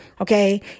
okay